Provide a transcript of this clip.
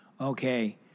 okay